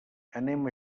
anem